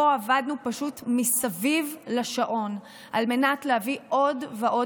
פה עבדנו מסביב לשעון על מנת להביא עוד ועוד